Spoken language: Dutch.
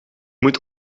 moet